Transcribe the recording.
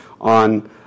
on